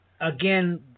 again